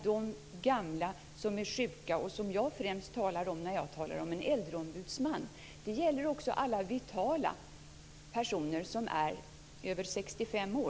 Det finns mycket att diskutera här.